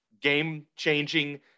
Game-changing